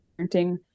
parenting